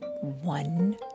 one